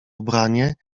ubranie